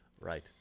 Right